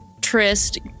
Trist